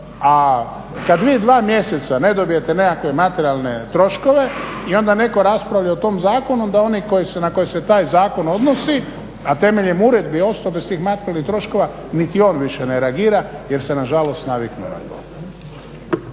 a kad vi dva mjeseca ne dobijete nekakve materijalne troškove i onda netko raspravlja o tom zakonu da oni na koje se taj zakon odnosi a temeljem uredbi osnove s tih materijalnih troškova niti on više ne reagira jer se nažalost naviknuo na to.